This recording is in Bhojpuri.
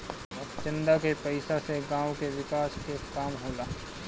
चंदा के पईसा से गांव के विकास के काम होला